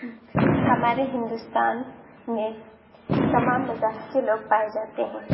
ہمارے ہندوستان میں تمام مذاہب کے لوگ پائے جاتے ہیں